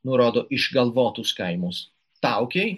nurodo išgalvotus kaimus taukiai